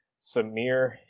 Samir